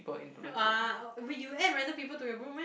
[wah] we you add random people to your group meh